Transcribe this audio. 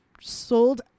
sold